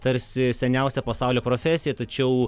tarsi seniausia pasaulio profesija tačiau